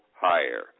higher